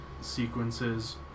sequences